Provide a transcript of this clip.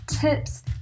tips